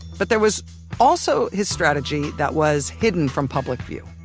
but there was also his strategy, that was hidden from public view.